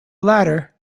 latter